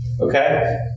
Okay